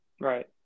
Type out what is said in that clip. Right